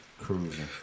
Cruising